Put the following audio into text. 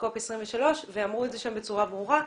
בקופ 23, ואמרו את זה שם בצורה ברורה,